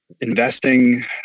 investing